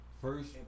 first